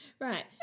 right